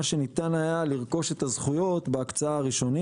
שניתן היה לרכוש את הזכויות בהקצאה הראשונית.